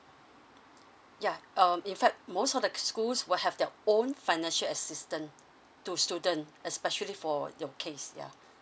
ya um in fact most of the schools will have their own financial assistance to student especially for your case ya